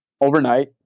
overnight